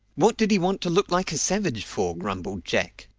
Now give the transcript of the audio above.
what did he want to look like a savage for? grumbled jack.